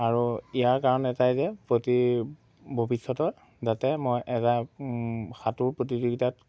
আৰু ইয়াৰ কাৰণ এটাই যে প্ৰতি ভৱিষ্যতত যাতে মই এটা সাঁতোৰ প্ৰতিযোগীতাত